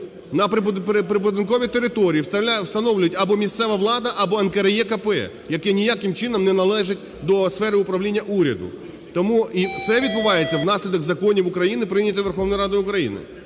на прибудинкові території встановлюють або місцева влада, або НКРЕКП, яке ніяким чином не належить до сфери управління уряду. Тому це відбувається внаслідок законів України, прийняті Верховною Радою України.